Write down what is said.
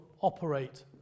operate